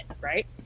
right